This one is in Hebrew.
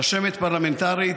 רשמת פרלמנטרית,